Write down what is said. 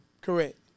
Correct